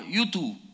YouTube